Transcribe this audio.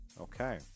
Okay